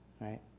right